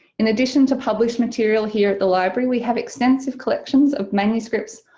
in addition to published material here at the library we have extensive collections of manuscripts,